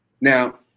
now